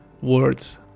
words